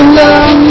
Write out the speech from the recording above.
love